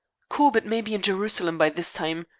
corbett may be in jerusalem by this time.